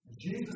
Jesus